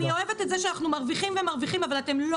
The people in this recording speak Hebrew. אני אוהבת את זה שאנחנו מרוויחים ומרוויחים אבל אתם לא